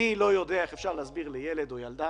אני לא יודע איך אפשר להסביר לילד או לילדה